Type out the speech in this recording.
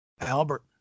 Albert